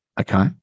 Okay